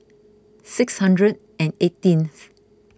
six hundred and eighteenth